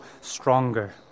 stronger